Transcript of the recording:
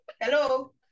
hello